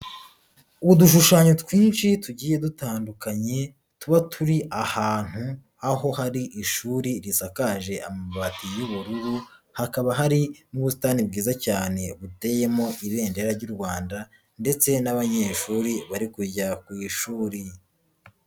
Udushushanyo twinshi tugiye dutandukanye tuba turi ahantu, aho hari ishuri risakaje amabati y'ubururu, hakaba hari n'ubusitani bwiza cyane buteyemo ibendera ry'u Rwanda ndetse n'abanyeshuri bari kujya ku ishuri.